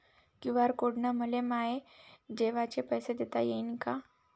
QR code न मले माये जेवाचे पैसे देता येईन का?